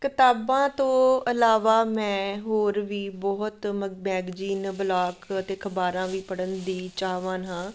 ਕਿਤਾਬਾਂ ਤੋਂ ਇਲਾਵਾ ਮੈਂ ਹੋਰ ਵੀ ਬਹੁਤ ਮਗ ਮੈਗਜੀਨ ਬਲਾਕ ਅਤੇ ਅਖ਼ਬਾਰਾਂ ਵੀ ਪੜ੍ਹਨ ਦੀ ਚਾਹਵਾਨ ਹਾਂ